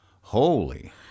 Holy